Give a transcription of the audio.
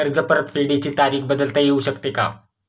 कर्ज परतफेडीची तारीख बदलता येऊ शकते का?